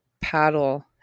paddle